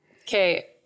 Okay